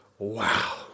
Wow